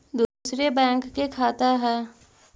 दुसरे बैंक के खाता हैं?